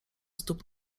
stóp